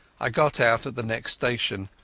i got out at the next station,